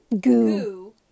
goo